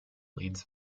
leads